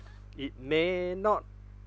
it may not